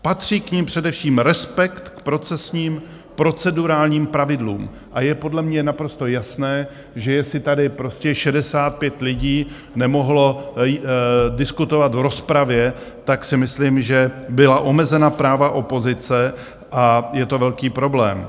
Patří k nim především respekt k procesním procedurálním pravidlům a je podle mě naprosto jasné, že jestli tady prostě 65 lidí nemohlo diskutovat v rozpravě, tak si myslím, že byla omezena práva opozice, a je to velký problém.